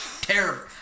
Terrible